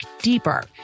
deeper